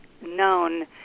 known